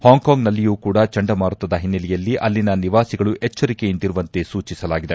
ಹಾಂಗ್ಕಾಂಗ್ನಲ್ಲಿಯೂ ಕೂಡ ಚಂಡಮಾರುತದ ಹಿನ್ನೆಲೆಯಲ್ಲಿ ಅಲ್ಲಿನ ನಿವಾಸಿಗಳು ಎಚ್ಚರಿಕೆಯಿಂದಿರುವಂತೆ ಸೂಚಿಸಲಾಗಿದೆ